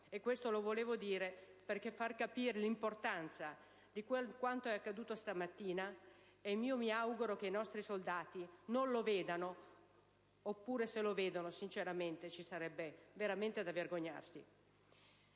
Questo lo volevo dire per far capire l'importanza di quanto è accaduto stamattina: mi auguro i nostri soldati non lo vedano perché, se così fosse, ci sarebbe veramente da vergognarsi.